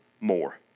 more